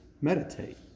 meditate